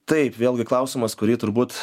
taip vėlgi klausimas kurį turbūt